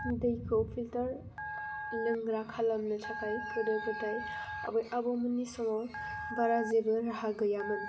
दैखौ फिल्टार लोंग्रा खालामनो थाखाय गोदो गोदाय आबै आबौमोननि समाव बारा जेबो राहा गैयामोन